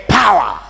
power